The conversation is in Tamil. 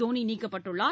தோனி நீக்கப்பட்டுள்ளார்